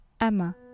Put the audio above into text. Emma